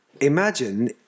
Imagine